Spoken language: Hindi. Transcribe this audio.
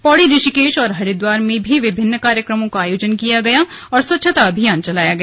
पौड़ी ऋषिकेश और हरिद्वार में भी विभिन्न कार्यक्रमों का आयोजन किया गया और स्वच्छता अभियान चलाया गया